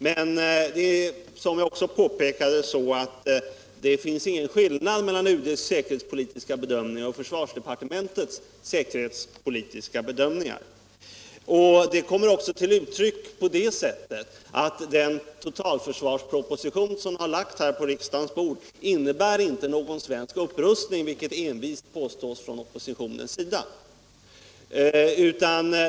Men det finns, som jag också påpekade, ingen skillnad mellan UD:s säkerhetspolitiska bedömningar och försvarsdepartementets. Det kommer till uttryck genom att den totalförsvarsproposition som lagts på riksdagens bord inte innebär någon svensk upprustning, vilket oppositionen envist påstår.